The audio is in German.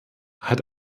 hat